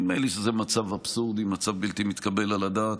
נדמה לי שזה מצב אבסורדי, מצב בלתי מתקבל על הדעת,